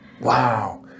Wow